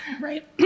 right